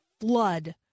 flood